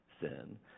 sin